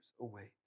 await